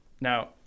Now